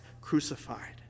crucified